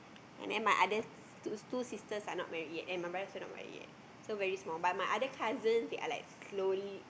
and then my other two two sisters are not married yet and my brother still not married yet so very small but my other cousins they are like slowly